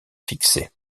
fixés